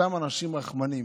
אותם אנשים רחמנים